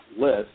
list